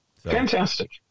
fantastic